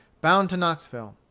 bound to knoxville.